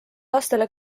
lastele